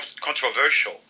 controversial